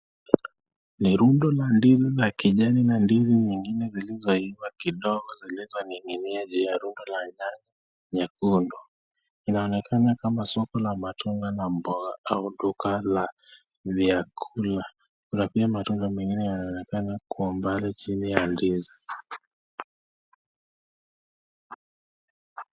Ni rundo la ndizi la kijani na ndizi nyingine zilizo iva kidogo lakini nyekundu. Inaonekana soko la matunda na mboga au duka la vyakula Kuna pia matunda mengine yanaonekana cheni ya ndizi.